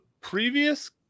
previous